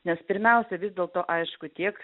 nes pirmiausia vis dėlto aišku tiek